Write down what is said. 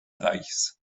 reichs